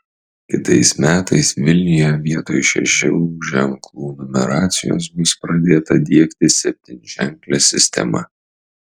kitais metais vilniuje vietoj šešių ženklų numeracijos bus pradėta diegti septynženklė sistema